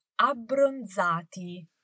abbronzati